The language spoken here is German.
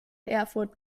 erfurt